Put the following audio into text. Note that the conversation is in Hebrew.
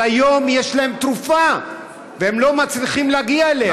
אבל היום יש להם תרופה והם לא מצליחים להגיע אליה.